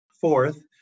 Fourth